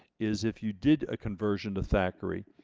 is if you did a conversion to thackrey,